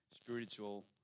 spiritual